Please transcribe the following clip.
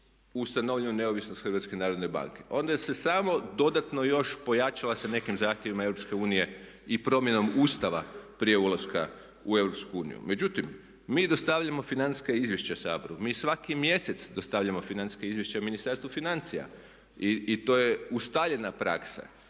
ustanovljenu neovisnost HNB-a. Onda se samo dodatno još pojačala sa nekim zahtjevima Europske unije i promjenom Ustava prije ulaska u Europsku uniju. Međutim, mi dostavljamo financijska izvješća Saboru, mi svaki mjesec dostavljamo financijska izvješća Ministarstvu financija i to je ustaljena praksa.